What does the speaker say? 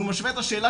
והוא משווה את השאלה,